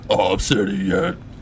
Obsidian